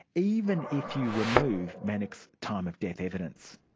even if you remove manock's time-of-death evidence.